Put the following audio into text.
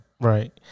right